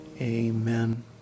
Amen